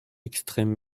extreme